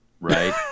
right